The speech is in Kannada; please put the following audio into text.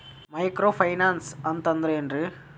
ಮೈಕ್ರೋ ಫೈನಾನ್ಸ್ ಅಂತಂದ್ರ ಏನ್ರೀ?